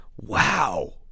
wow